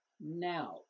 Now